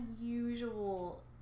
unusual